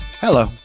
Hello